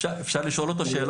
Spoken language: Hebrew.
אפשר שאלה?